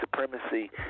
supremacy